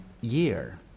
year